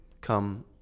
come